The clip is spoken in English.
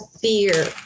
fear